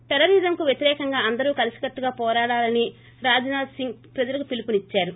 టెర్రరిజంకు వ్యతిరేకంగా అందరూ కలిసికట్టుగా పోరాడాలని రాజ్నాధ్ సింగ్ ప్రజలకు పిలుపునిచ్చారు